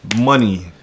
money